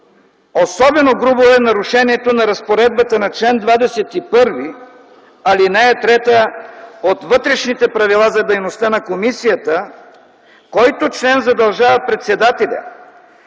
Особено грубо е нарушението на разпоредбата на чл. 21, ал. 3 от Вътрешните правила за дейността на комисията, който член задължава председателя,